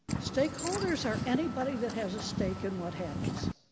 stakeholders are anybody that has a stake in what happens.